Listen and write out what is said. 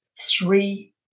three